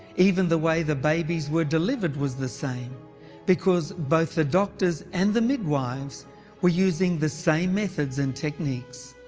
even the way the babies were delivered was the same because both the doctors and the midwives were using the same methods and techniques.